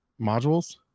modules